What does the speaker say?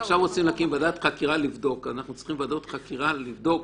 -- אז עכשיו רוצים ועדת חקירה לבדוק.